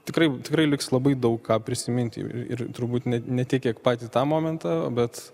tikrai tikrai liks labai daug ką prisiminti ir turbūt ne ne tiek kiek patį tą momentą bet